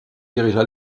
dirigea